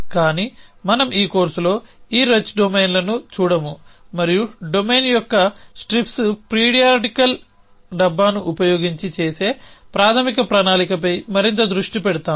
కానీ మనం ఈ కోర్సులో ఈ రిచ్ డొమైన్లను చూడము మరియు డొమైన్ యొక్క స్ట్రిప్స్ పీరియాడికల్ డబ్బాను ఉపయోగించి చేసే ప్రాథమిక ప్రణాళికపై మరింత దృష్టి పెడతాము